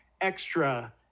extra